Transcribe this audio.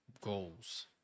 goals